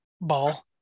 ball